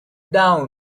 down